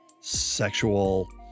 sexual